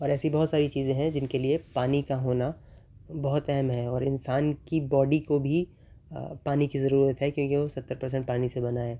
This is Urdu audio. اور ایسی بہت ساری چیزیں ہیں جن کے لیے پانی کا ہونا بہت اہم ہے اور انسان کی باڈی کو بھی پانی کی ضرورت ہے کیونکہ وہ ستر پرسینٹ پانی سے بنا ہے